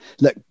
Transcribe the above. look